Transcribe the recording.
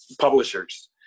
publishers